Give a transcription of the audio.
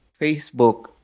Facebook